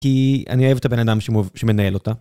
כי אני אוהב את הבן אדם שמנהל אותה.